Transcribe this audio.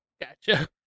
Gotcha